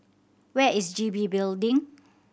where is G B Building